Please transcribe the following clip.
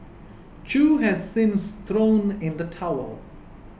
chew has since thrown in the towel